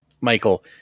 Michael